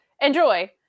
enjoy